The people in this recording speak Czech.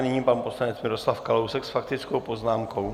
Nyní pan poslanec Miroslav Kalousek s faktickou poznámkou.